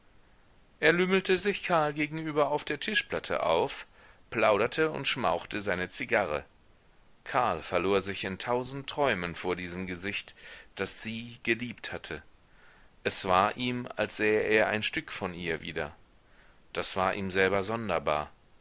er lümmelte sich karl gegenüber auf der tischplatte auf plauderte und schmauchte seine zigarre karl verlor sich in tausend träumen vor diesem gesicht das sie geliebt hatte es war ihm als sähe er ein stück von ihr wieder das war ihm selber sonderbar